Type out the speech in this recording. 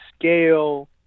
scale